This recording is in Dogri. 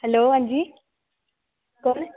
हैलो अंजी